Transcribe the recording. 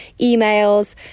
emails